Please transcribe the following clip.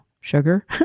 sugar